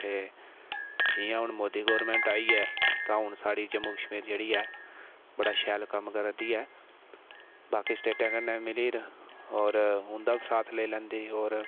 जि'यां हुन मोदी गोरमैंट आई ऐ तां हुन साढ़ी जम्मू कश्मीर जेह्ड़ी ऐ बड़ा शैल कम्म करा दी ऐ बाकी स्टेटैं कन्नै मिलियै उंदा बी साथ लेई लैंदे